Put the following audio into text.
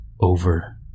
over